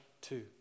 two